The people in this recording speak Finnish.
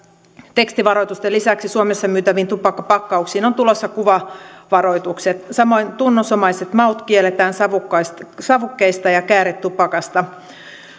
tekstivaroitusten lisäksi suomessa myytäviin tupakkapakkauksiin on tulossa kuvavaroitukset samoin tunnusomaiset maut kielletään savukkeista ja kääretupakasta